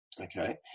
Okay